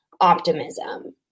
optimism